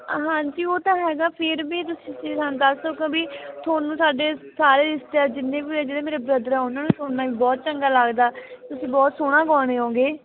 ਹਾਂਜੀ ਉਹ ਤਾਂ ਹੈਗਾ ਫਿਰ ਵੀ ਤੁਸੀਂ ਸਾਨੂੰ ਦੱਸ ਦਿਓ ਕਿਉਂ ਵੀ ਤੁਹਾਨੂੰ ਸਾਡੇ ਸਾਰੇ ਰਿਸ਼ਤੇਦਾਰ ਜਿੰਨੇ ਵੀ ਹੈ ਜਿਹੜੇ ਮੇਰੇ ਬ੍ਰਦਰ ਆ ਉਹਨਾਂ ਨੂੰ ਉਹਨਾਂ ਨੂੰ ਸੁਣਨਾ ਵੀ ਬਹੁਤ ਚੰਗਾ ਲੱਗਦਾ ਤੁਸੀਂ ਬਹੁਤ ਸੋਹਣਾ ਗਾਉਂਦੇ ਹੋ ਗੇ